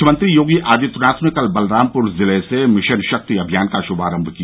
मुख्यमंत्री योगी आदित्यनाथ ने कल बलरामपुर जिले से मिशन शक्ति अभियान का श्मारम्भ किया